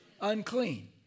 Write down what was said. Unclean